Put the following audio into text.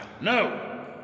No